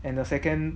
and the second